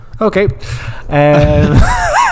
okay